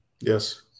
Yes